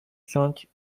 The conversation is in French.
cinq